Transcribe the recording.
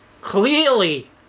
clearly